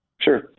Sure